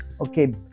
okay